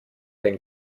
den